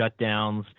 shutdowns